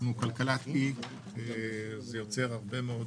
אנחנו כלכלת אי - מה שיוצר הרבה מאוד